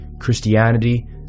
Christianity